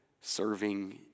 serving